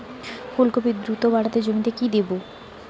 ফুলকপি দ্রুত বাড়াতে জমিতে কি দেবো?